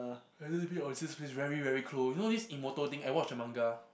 is it just me or is just is very very cold you know this thing I watch the manga